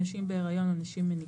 לשימוש בנשים בהיריון או נשים מניקות,